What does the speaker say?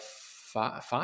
five